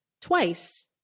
twice